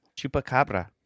chupacabra